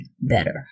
better